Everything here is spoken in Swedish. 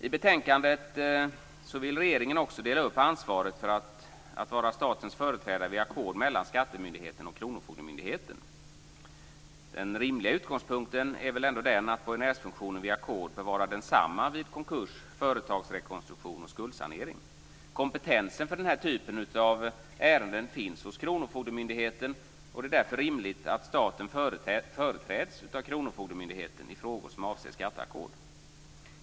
I betänkandet vill regeringen också dela upp ansvaret för att vara statens företrädare vid ackord mellan skattemyndigheten och kronofogdemyndigheten. Den rimliga utgångspunkten är väl ändå att borgenärsfunktionen vid ackord bör vara densamma vid konkurs, företagsrekonstruktion och skuldsanering. Kompetensen för denna typ av ärenden finns hos kronofogdemyndigheten. Det är därför rimligt att staten företräds av kronofogdemyndigheten i frågor som avser skatteackord.